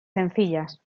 sencillas